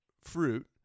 fruit